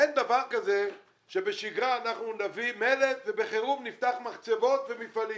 אין דבר כזה שבשגרה נביא מלט ובחירום נפתח מחצבות ומפעלים,